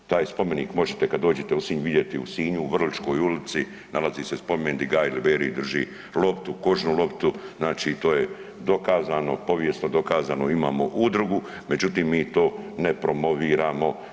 Taj spomenik možete kad dođete u Sinj vidjeti u Sinju, u Vrličkoj ulici nalazi se spomenik di Gaj Laberije drži loptu, kožnu loptu, znači to je dokazano, povijesno dokazano, imamo udrugu, međutim mi to ne promoviramo.